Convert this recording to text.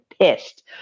pissed